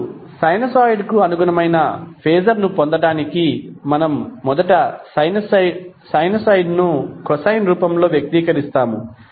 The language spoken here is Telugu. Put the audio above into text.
ఇప్పుడు సైనొసోయిడ్కు అనుగుణమైన ఫేజర్ ను పొందడానికి మనము మొదట సైనోసైడ్ను కొసైన్ రూపంలో వ్యక్తీకరిస్తాము